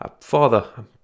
Father